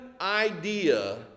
idea